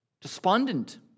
despondent